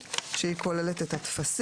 דיני עבודה בעצם קובע עיצומים כספיים